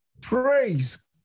Praise